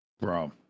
Bro